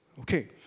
Okay